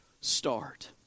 start